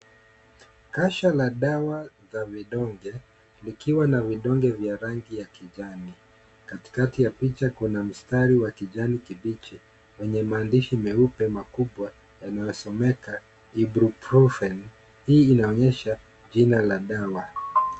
Kasha la dawa la vidonge, likiwa na vidonge vya rangi ya kijani. Katikati ya picha kuna mstari wa rangi ya kijani kibichi wenye maandishi meupe makubwa yanayosomeka hebroprophen. Hii inaonyesha jina la dawa.